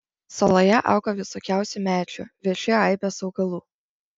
saloje auga visokiausių medžių veši aibės augalų